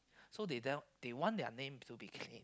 so they then they want their name to be claim